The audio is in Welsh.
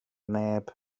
neb